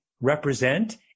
represent